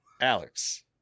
Alex